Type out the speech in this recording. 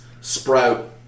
sprout